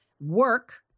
work